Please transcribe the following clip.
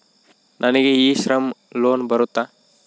ನನಗೆ e Shram loan ಬರುತ್ತಾ?